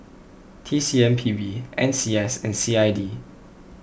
T C M P B N C S and C I D